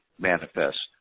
manifest